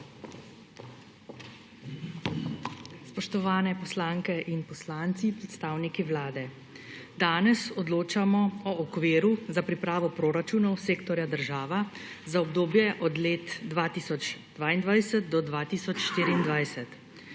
Spoštovani poslanke in poslanci, predstavniki Vlade! Danes odločamo o okviru za pripravo proračunov sektorja država za obdobje od 2022 do 2024.